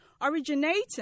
originating